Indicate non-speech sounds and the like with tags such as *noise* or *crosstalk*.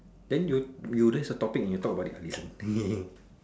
then you you list the topic and you talk about it I listen *noise*